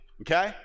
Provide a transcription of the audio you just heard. Okay